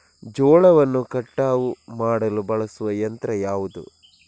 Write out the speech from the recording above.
ಜೋಳವನ್ನು ಕಟಾವು ಮಾಡಲು ಬಳಸುವ ಯಂತ್ರ ಯಾವುದು?